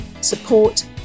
support